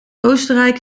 oostenrijk